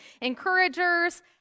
encouragers